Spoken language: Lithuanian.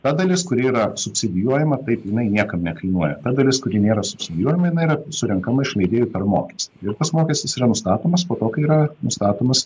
ta dalis kuri yra subsidijuojama taip jinai niekam nekainuoja ta dalis kuri nėra subsidijuojama jinai yra surenkama iš leidėjų per mokestį ir tas mokestis yra nustatomas po to kai yra nustatomas